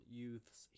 youths